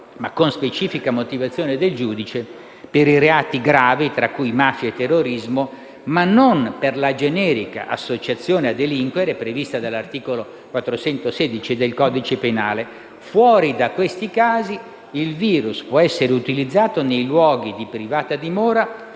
ma con specifica motivazione del giudice, per reati gravi tra cui mafia e terrorismo, ma non per la generica associazione a delinquere (articolo 416 codice penale). Fuori da questi casi, il *virus* può essere utilizzato nei luoghi di privata dimora